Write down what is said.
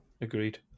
agreed